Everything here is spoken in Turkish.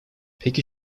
pek